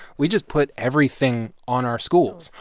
we just put everything on our schools,